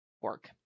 work